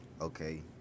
Okay